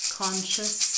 conscious